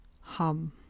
Hum